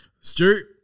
Stu